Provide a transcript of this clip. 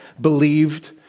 believed